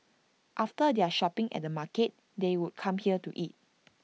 after their shopping at the market they would come here to eat